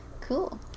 Cool